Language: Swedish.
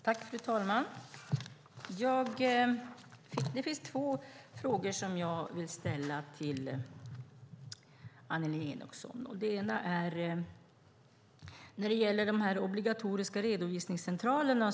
Fru talman! Jag vill ställa två frågor till Annelie Enochson. Den första gäller de obligatoriska redovisningscentralerna.